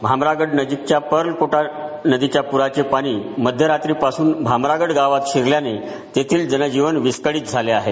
भामरागड नजीकच्या परकोटा नदीच्या प्राचे पाणी मध्य रात्रीपासून भामरागड गावात शिरल्याने तेथील जनजीवन विस्कळीत झाले आहे